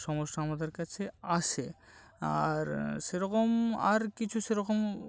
সমস্যা আমাদের কাছে আসে আর সেরকম আর কিছু সেরকম